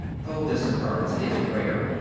though this occurrence is rare,